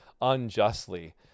unjustly